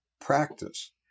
practice